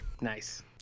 Nice